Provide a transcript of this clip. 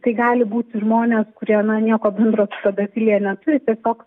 tai gali būti žmonės kurie na nieko bendro su pedofilija neturi tiesiog